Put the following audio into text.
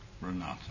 Renata